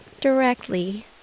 directly